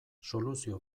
soluzio